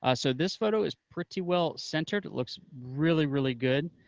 ah so this photo is pretty well-centered. it looks really, really good.